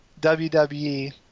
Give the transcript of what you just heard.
WWE